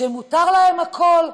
שמותר להם הכול.